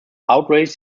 outraged